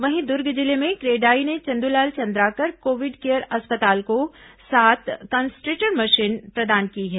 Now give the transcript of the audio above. वहीं दुर्ग जिले में क्रेडाई ने चंद्रलाल चंद्राकर कोविड केयर अस्पताल को सात कंसट्रेटर मशीन प्रदान की है